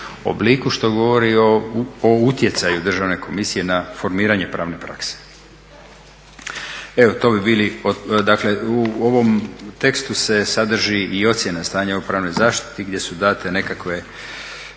obliku, što govori o utjecaju Državne komisije na formiranje pravne prakse. Evo to bi bili, dakle u ovom tekstu se sadrži i ocjena stanja u pravnoj zaštiti gdje je dat nekakav